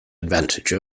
advantage